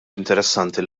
interessanti